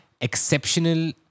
exceptional